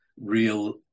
real